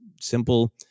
simple